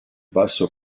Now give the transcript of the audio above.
basso